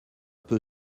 peu